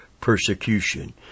persecution